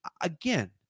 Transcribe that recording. again